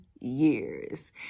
years